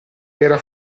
era